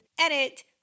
Edit